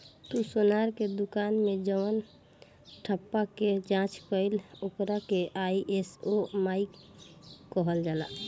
तू सोनार के दुकान मे जवन ठप्पा के जाँच कईल ओकर के आई.एस.ओ मार्क कहल जाला